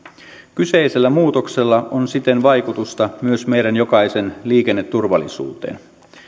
kyseisellä muutoksella on siten vaikutusta myös meidän jokaisen liikenneturvallisuuteen